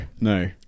no